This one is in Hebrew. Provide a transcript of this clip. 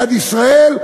יד ישראל,